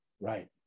right